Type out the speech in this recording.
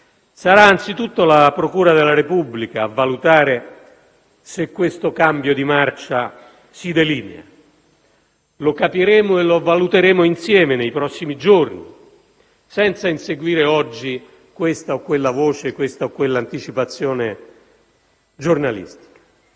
Sarà anzitutto la procura della Repubblica a valutare se questo cambio di marcia si delinei. Lo capiremo e lo valuteremo insieme nei prossimi giorni, senza inseguire oggi questa o quella voce, questa o quella anticipazione giornalistica.